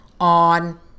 on